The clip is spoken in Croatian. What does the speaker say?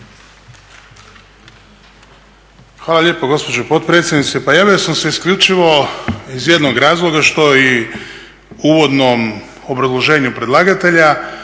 Hvala lijepo gospođo potpredsjednice. Pa javio sam se isključivo iz jednog razloga što i u uvodnom obrazloženju predlagatelja